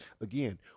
Again